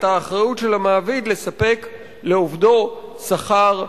האחריות של המעביד לספק לעובדו שכר ראוי,